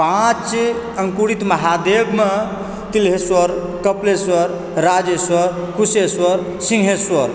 पाँच अङ्कुरित महादेवमे तिलहेश्वर कपिलेश्वर राजेश्वर कुशेश्वर सिहेश्वर